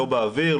לא באוויר,